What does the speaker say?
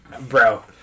bro